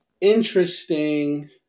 interesting